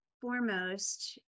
foremost